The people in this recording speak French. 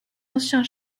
anciens